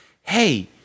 Hey